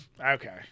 Okay